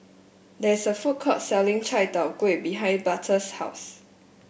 there is a food court selling Chai Tow Kuay behind Butler's house